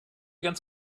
ganz